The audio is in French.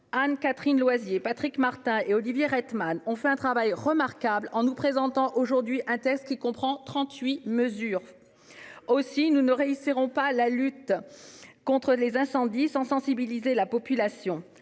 Anne-Catherine Loisier, Pascal Martin et Olivier Rietmann ont ainsi fait un travail remarquable en nous présentant aujourd'hui un texte qui comprend trente-huit mesures. Nous ne réussirons pas cette lutte contre les incendies sans sensibiliser la population.